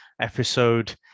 episode